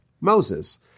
Moses